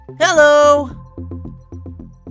Hello